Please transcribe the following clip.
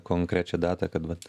konkrečią datą kad vat